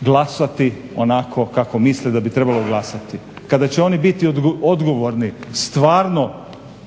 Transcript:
glasati onako kako misle da bi trebalo glasati. Kada će oni biti odgovorni stvarno